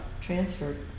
transferred